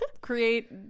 create